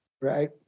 right